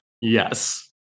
yes